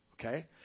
okay